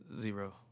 Zero